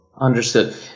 Understood